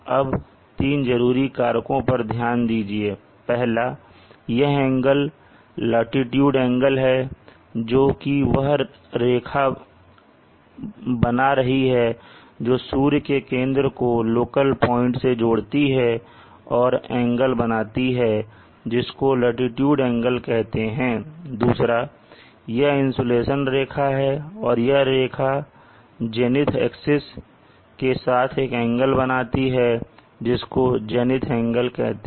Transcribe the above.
अब 3 जरूरी कारकों पर ध्यान दीजिए पहला यह एंगल लाटीट्यूड एंगल है जो की वह रेखा बना रही है जो सूर्य के केंद्र को लोकल पॉइंट से जोड़ती है और एक एंगल बनाती है जिसको लाटीट्यूड एंगल कहते हैं दूसरा यह इंसुलेशन रेखा है और यह रेखा जेनिथ एक्सिस के साथ एक एंगल बनाती है जिसको जेनिथ एंगल कहते हैं